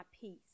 peace